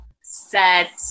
set